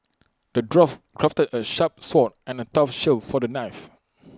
the dwarf crafted A sharp sword and A tough shield for the knife